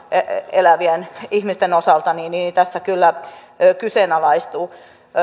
elävien ihmisten osalta tässä kyllä kyseenalaistuu